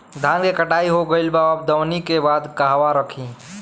धान के कटाई हो गइल बा अब दवनि के बाद कहवा रखी?